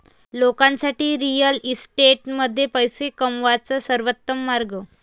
लोकांसाठी रिअल इस्टेटमध्ये पैसे कमवण्याचा सर्वोत्तम मार्ग